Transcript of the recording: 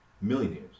millionaires